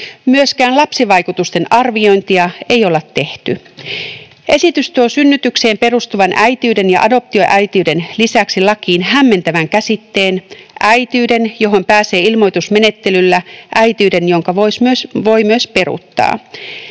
Myöskään lapsivaikutusten arviointia ei olla tehty. Esitys tuo synnytykseen perustuvan äitiyden ja adoptioäitiyden lisäksi lakiin hämmentävän käsitteen: äitiyden, johon pääsee ilmoitusmenettelyllä, äitiyden, jonka voi myös peruuttaa.